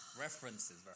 references